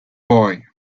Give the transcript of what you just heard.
boy